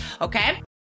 okay